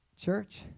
Church